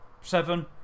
seven